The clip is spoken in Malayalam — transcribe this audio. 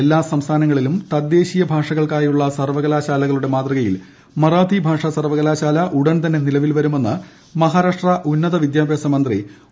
എല്ലാ സംസ്ഥാനങ്ങളിലും തദ്ദേശീയ ഭാഷകൾക്കായുള്ള സർവകലാശാലകളുടെ മാതൃകയിൽ മറാത്തി ഭാഷ സർവകലാശാല ഉടൻ തന്നെ നിലവിൽ വരുമെന്ന് മഹാരാഷ്ട്ര ഉന്നത വിദ്യാഭ്യാസമന്ത്രി ഉദയ് സമന്ത് അറിയിച്ചു